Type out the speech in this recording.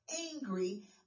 angry